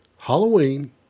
Halloween